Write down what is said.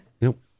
Nope